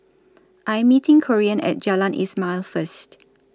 I'm meeting Corean At Jalan Ismail First